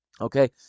Okay